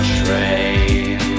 train